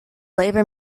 labor